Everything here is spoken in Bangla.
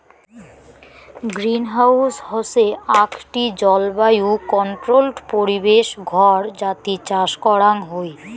গ্রিনহাউস হসে আকটি জলবায়ু কন্ট্রোল্ড পরিবেশ ঘর যাতি চাষ করাং হই